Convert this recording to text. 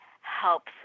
helps